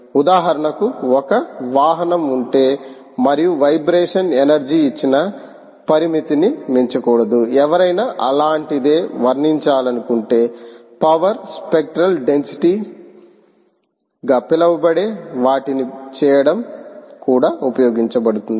ఉదాహరణకు ఒక వాహనం ఉంటే మరియు వైబ్రేషన్ ఎనర్జీ ఇచ్చిన పరిమితిని మించకూడదు ఎవరైనా అలాంటిదే వర్ణించాలనుకుంటే పవర్ స్పెక్ట్రల్ డెన్సిటీగా పిలువబడే వాటిని చేయడం కూడా ఉపయోగపడుతుంది